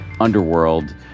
underworld